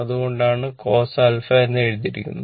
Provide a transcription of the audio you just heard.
അതുകൊണ്ടാണ് cos എന്ന് എഴുതിയിരിക്കുന്നത്